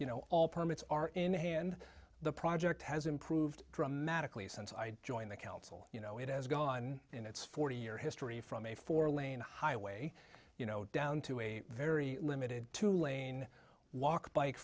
you know all permits are in hand the project has improved dramatically since i joined the council you know it has gone on in its forty year history from a four lane highway you know down to a very limited two lane walk bike